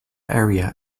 area